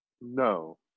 No